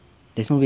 there's no red